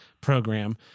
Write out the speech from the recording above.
program